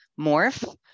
morph